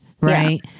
right